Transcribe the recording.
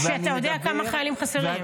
אתה יודע כמה חיילים חסרים.